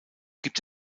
gibt